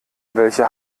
welche